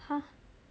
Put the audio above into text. !huh!